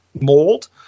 mold